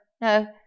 no